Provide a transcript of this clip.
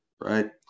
right